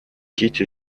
кити